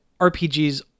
RPGs